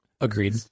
agreed